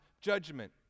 judgment